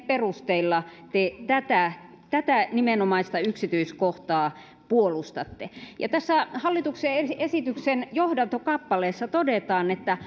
perusteilla te tätä tätä nimenomaista yksityiskohtaa puolustatte tässä hallituksen esityksen johdantokappaleessa todetaan että